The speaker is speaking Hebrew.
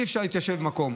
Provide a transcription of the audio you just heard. אי-אפשר להתיישב במקום,